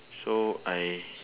so I